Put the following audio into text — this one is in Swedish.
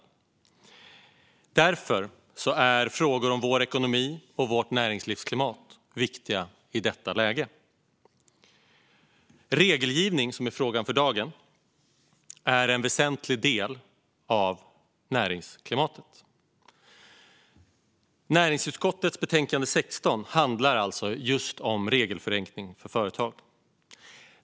Därför är frågor om vår ekonomi och vårt näringslivsklimat viktiga i detta läge. Regelgivning, vilket är frågan för dagen, är en väsentlig del av näringsklimatet. Näringsutskottets betänkande nummer 16 handlar om regelförenkling för företag.